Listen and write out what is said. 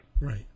Right